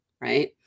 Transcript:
Right